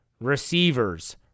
receivers